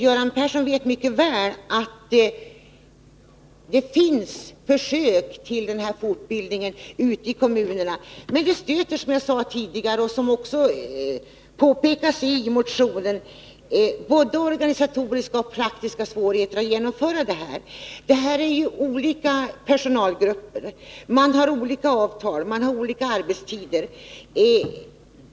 Göran Persson vet mycket väl att det görs försök med denna fortbildning ute i kommunerna. Men man stöter på — som jag sade tidigare och som påpekas i motionen — både organisatoriska och praktiska svårigheter när det gäller att genomföra detta. Det är här fråga om olika personalgrupper, som har olika avtal och olika arbetstider.